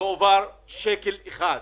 ולו שקל אחד.